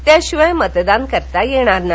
त्याशिवाय मतदान करता येणार नाही